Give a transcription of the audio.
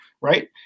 right